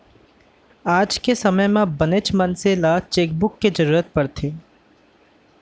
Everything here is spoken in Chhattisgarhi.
आज के समे म बनेच मनसे ल चेकबूक के जरूरत परथे